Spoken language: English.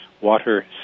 Water